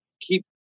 keep